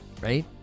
Right